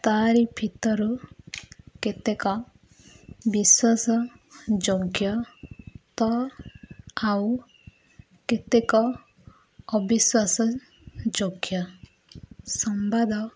ତାରି ଭିତରୁ କେତେକ ବିଶ୍ୱାସ ଯୋଗ୍ୟ ତ ଆଉ କେତେକ ଅନ୍ଧବିଶ୍ୱାସ ଯୋଗ୍ୟ ସମ୍ବାଦ